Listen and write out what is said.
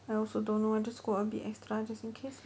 I also don't know just go a bit extra just in case